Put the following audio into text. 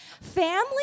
family